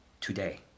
today